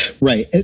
Right